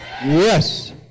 Yes